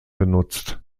genutzt